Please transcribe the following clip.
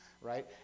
Right